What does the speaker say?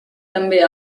també